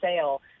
sale